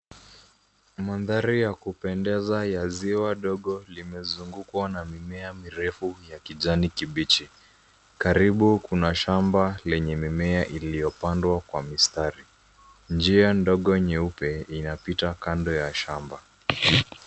Mandhari ya kupendeza ya ziwa dogo limezungukwa na mimea mirefu ya kijani kibichi. Karibu kuna shamba lenye mimea iliyopandwa kwa mistari. Njia ndogo nyeupe inapita kando ya shamba.